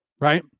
Right